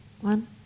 one